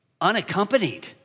unaccompanied